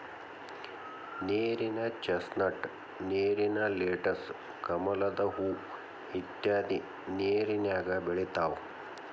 ನೇರಿನ ಚಸ್ನಟ್, ನೇರಿನ ಲೆಟಸ್, ಕಮಲದ ಹೂ ಇತ್ಯಾದಿ ನೇರಿನ್ಯಾಗ ಬೆಳಿತಾವ